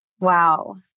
Wow